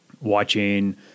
watching